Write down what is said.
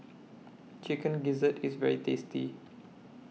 Chicken Gizzard IS very tasty